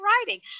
writing